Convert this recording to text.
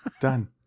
Done